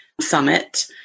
summit